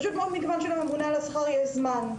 פשוט בגלל שלממונה על השכר לא היה זמן.